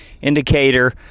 indicator